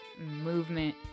movement